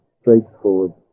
straightforward